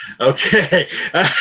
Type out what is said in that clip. Okay